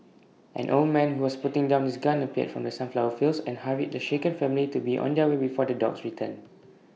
an old man who was putting down his gun appeared from the sunflower fields and hurried the shaken family to be on their way before the dogs return